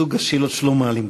זה מסוג השאלות שלא מעלים בכנסת.